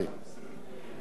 לכן אני בא ואומר,